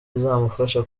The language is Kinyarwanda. izamufasha